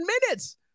minutes